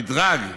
המדרג,